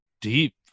deep